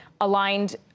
aligned